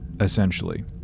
essentially